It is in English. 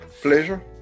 pleasure